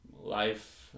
life